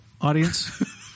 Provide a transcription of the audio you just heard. Audience